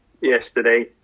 yesterday